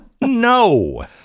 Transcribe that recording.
No